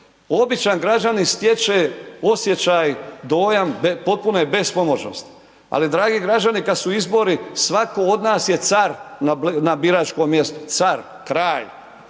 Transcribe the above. Običan građanin stječe osjećaj, dojam potpune bespomoćnosti, ali dragi građani kad su izbori svako od nas je car na biračkom mjestu, car, kralj